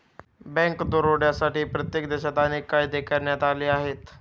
bank दरोड्यांसाठी प्रत्येक देशात अनेक कायदे करण्यात आले आहेत